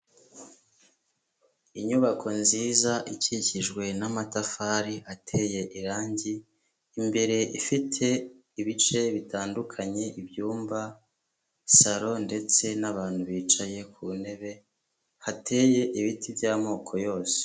Inyubako nziza ikikijwe n'amatafari ateye irangi, imbere ifite ibice bitandukanye, ibyumba, saro ndetse n'abantu bicaye ku ntebe, hateye ibiti by'amoko yose.